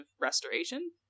restoration